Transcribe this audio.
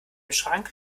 schrank